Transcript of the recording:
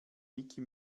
micky